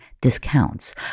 discounts